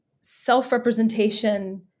self-representation